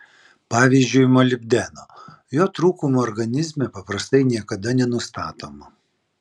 pavyzdžiui molibdeno jo trūkumo organizme paprastai niekada nenustatoma